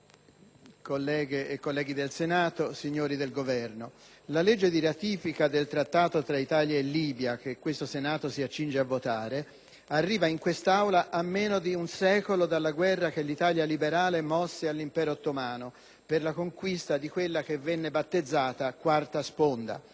colleghe e colleghi del Senato, signori del Governo, la legge di ratifica del Trattato fra Italia e Libia, che questo Senato si accinge a votare, arriva in quest'Aula a meno di un secolo dalla guerra che l'Italia liberale mosse all'Impero ottomano per la conquista di quella che venne battezzata «la quarta sponda».